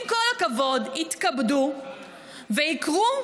עם כל הכבוד, יתכבדו וייקחו,